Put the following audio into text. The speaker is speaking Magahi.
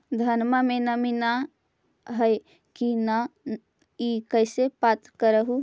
धनमा मे नमी है की न ई कैसे पात्र कर हू?